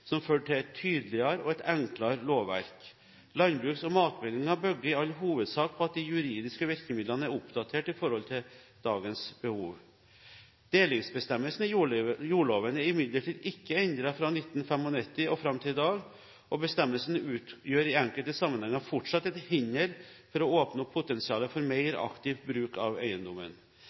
som førte til et tydeligere og et enklere lovverk. Landbruks- og matmeldingen bygger i all hovedsak på at de juridiske virkemidlene er oppdatert i forhold til dagens behov. Delingsbestemmelsen i jordloven er imidlertid ikke endret fra 1995 og fram til i dag, og bestemmelsen utgjør i enkelte sammenhenger fortsatt et hinder for å åpne opp for potensialet for mer aktiv bruk av eiendommen.